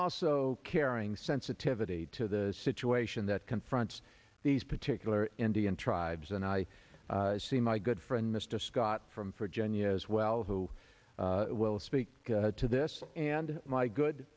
also caring sensitivity to the situation that confronts these particular indian tribes and i see my good friend mr scott from for genuine as well who will speak to this and my good